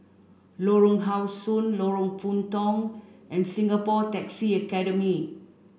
Lorong How Sun Lorong Puntong and Singapore Taxi Academy